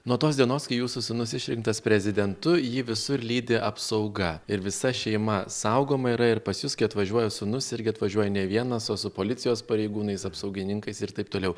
nuo tos dienos kai jūsų sūnus išrinktas prezidentu jį visur lydi apsauga ir visa šeima saugoma yra ir pas jus kai atvažiuoja sūnus irgi atvažiuoja ne vienas o su policijos pareigūnais apsaugininkais ir taip toliau